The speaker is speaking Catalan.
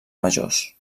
majors